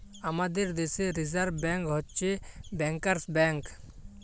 আমাদের দ্যাশে reserve bank হছে ব্যাংকার্স ব্যাংক